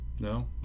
No